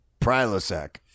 Prilosec